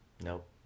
Nope